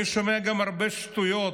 אני שומע גם הרבה שטויות.